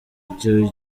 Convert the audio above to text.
icyo